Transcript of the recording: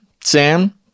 Sam